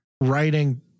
writing